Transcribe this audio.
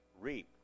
reap